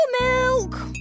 milk